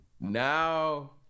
now